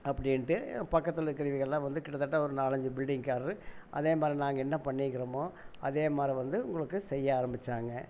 அப்படின்ட்டு பக்கத்தில் இருக்குறதுகெல்லாம் வந்து கிட்டத்தட்ட ஒரு நாலஞ்சு பில்டிங்காரரு அதே மாதிரி நாங்கள் என்ன பண்ணிருக்குறோமோ அதே மாதிரி வந்து உங்களுக்கு செய்ய ஆரம்பிச்சாங்க